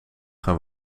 gaan